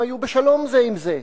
הם היו בשלום זה עם זה.